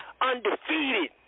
undefeated